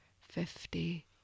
fifty